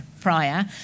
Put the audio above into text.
prior